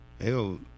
hell